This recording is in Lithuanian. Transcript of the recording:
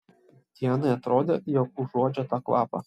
dianai atrodė jog užuodžia tą kvapą